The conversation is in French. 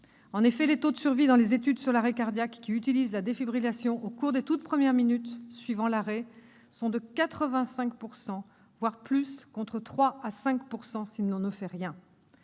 En effet, les taux de survie, dans les études sur les arrêts cardiaques qui utilisent la défibrillation au cours des toutes premières minutes suivant l'arrêt, sont de 85 % voire plus, contre 3 % à 5 % si l'on ne fait rien.